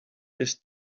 his